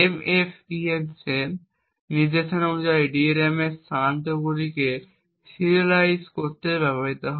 MFENCE নির্দেশনা DRAM এ স্থানান্তরগুলিকে সিরিয়ালাইজ করতে ব্যবহৃত হয়